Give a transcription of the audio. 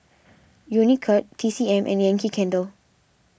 Unicurd T C M and Yankee Candle